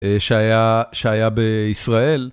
שהיה, שהיה בישראל.